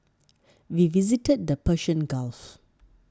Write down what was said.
we visited the Persian Gulf